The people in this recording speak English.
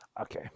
okay